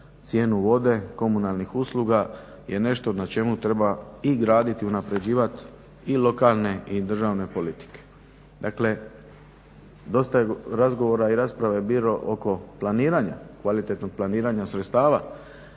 cijenu vode, komunalnih usluga je nešto na čemu treba i graditi i unapređivati i lokalne i državne politike. Dakle, dosta je razgovora i rasprava bilo oko planiranja, kvalitetnog planiranja sredstava